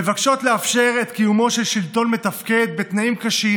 מבקשות לאפשר את קיומו של שלטון מתפקד בתנאים קשים